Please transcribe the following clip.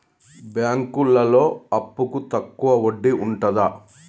బ్యాంకులలో అప్పుకు తక్కువ వడ్డీ ఉంటదా?